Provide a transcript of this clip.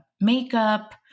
makeup